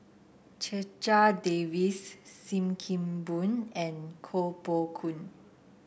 Checha Davies Sim Kee Boon and Koh Poh Koon